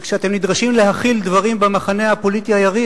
וכשאתם נדרשים להכיל דברים במחנה הפוליטי היריב,